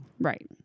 Right